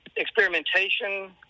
Experimentation